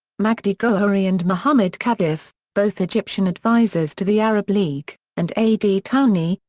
magdi gohary and mohammad khadif, both egyptian advisers to the arab league, and a d. touny,